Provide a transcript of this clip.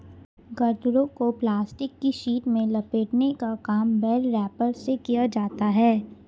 गट्ठरों को प्लास्टिक की शीट में लपेटने का काम बेल रैपर से किया जाता है